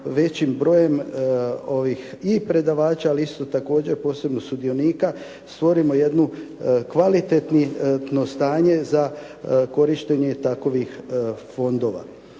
većim brojem ovih, i predavača, ali isto također posebno sudionika, stvorimo u jedno kvalitetno stanje za korištenje takvih fondova.